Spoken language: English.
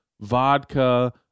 vodka